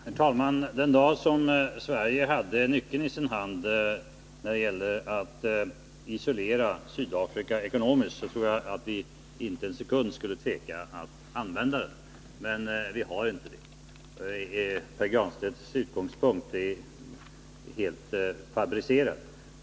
Herr talman! Den dag som Sverige har nyckeln i sin hand att isolera Sydafrika ekonomiskt tror jag att vi inte en sekund skulle tveka att använda den. Men det har vi inte. Pär Granstedts utgångspunkt är helt fabricerad.